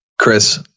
Chris